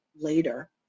later